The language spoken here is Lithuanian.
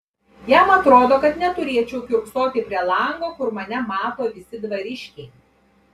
jam atrodo kad neturėčiau kiurksoti prie lango kur mane mato visi dvariškiai